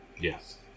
Yes